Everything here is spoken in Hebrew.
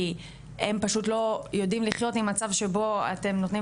כי הם לא יודעים לחיות במצב שאתם נותנים